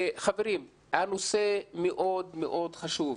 חברים, הנושא מאוד מאוד חשוב.